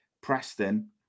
Preston